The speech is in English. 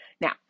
Now